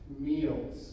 meals